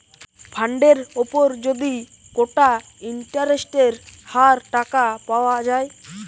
ফান্ডের উপর যদি কোটা ইন্টারেস্টের হার টাকা পাওয়া যায়